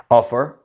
offer